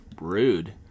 rude